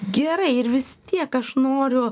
gera ir vis tiek aš noriu